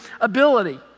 ability